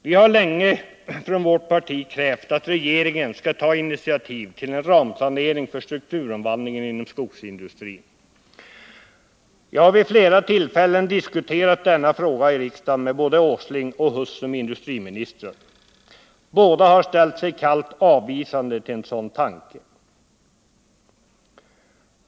Vi har länge från vårt parti krävt att regeringen skall ta initiativ till en ramplanering för strukturomvandlingen inom skogsindustrin. Jag har vid flera tillfällen diskuterat denna fråga i riksdagen, både med förre industriministern Huss och med industriminister Åsling. Båda har ställt sig kallt avvisande till en sådan tanke.